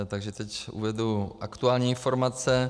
Takže teď uvedu aktuální informace.